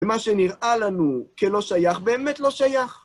ומה שנראה לנו כלא שייך, באמת לא שייך.